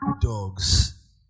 dogs